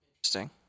Interesting